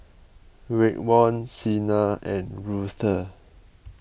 Raekwon Sina and Ruthe